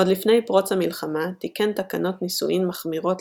עוד לפני פרוץ המלחמה תיקן תקנות נישואין מחמירות